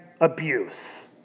abuse